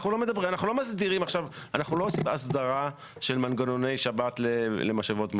אנחנו לא עושים כאן הסדרה של מנגנוני שבת למשאבות מים.